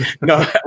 No